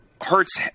Hurts